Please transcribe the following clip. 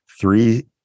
three